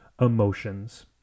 emotions